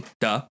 duh